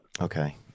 okay